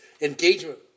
engagement